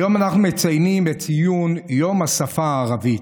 היום אנחנו מציינים את יום השפה הערבית.